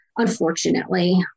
Unfortunately